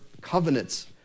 covenants